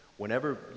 Whenever